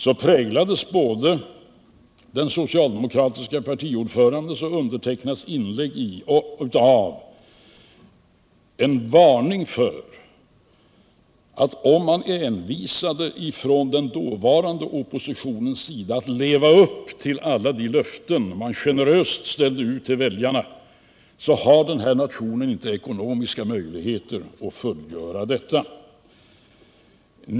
Där präglades både den socialdemokratiska partiordförandens och undertecknads inlägg av en var ning till den dåvarande oppositionen att om de envisades med att leva upp till alla de löften de generöst ställde ut till väljarna så skulle den här nationen inte ha ekonomiska möjligheter att fullgöra detta.